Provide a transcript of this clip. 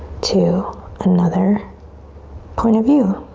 to another point of view.